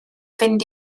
fynd